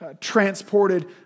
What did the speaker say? transported